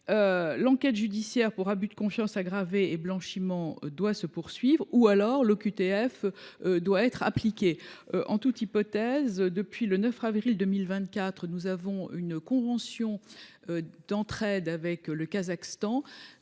l’enquête judiciaire pour abus de confiance aggravé et blanchiment se poursuit, soit l’OQTF doit être appliquée ! En toute hypothèse, nous avons, depuis le 9 avril 2024, une convention d’entraide avec le Kazakhstan.